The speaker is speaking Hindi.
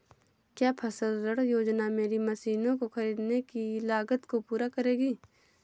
क्या फसल ऋण योजना मेरी मशीनों को ख़रीदने की लागत को पूरा करेगी?